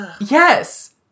Yes